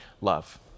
love